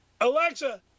Alexa